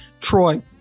Troy